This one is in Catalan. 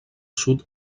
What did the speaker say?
sud